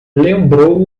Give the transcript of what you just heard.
lembrou